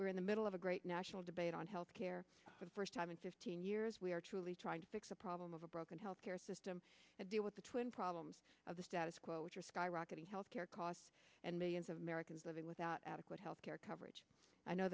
we're in the middle of a great national debate on health care for the first time in fifteen years we are truly trying to fix a problem of a broken health care system to deal with the twin problems of the status quo which rocketing health care costs and millions of americans living without adequate health care coverage i know